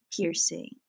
piercing